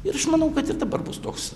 ir aš manau kad ir dabar bus toks